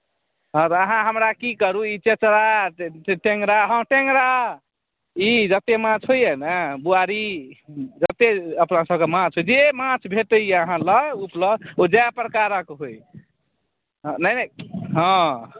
तऽ अहाँ हमरा ई करू ई चेचरा टेङ्गरा हाँ टेङ्गरा ई जतेक माछ होइए ने बुआरी जतेक अपनासभके माछ होइत छै जे माछ भेटैए अहाँ लग ओ उपलब्ध ओ जै प्रकारक होइ हँ नहि नहि हँ